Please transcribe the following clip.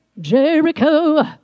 Jericho